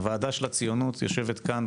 הוועדה של הציונות יושבת כאן,